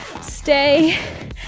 stay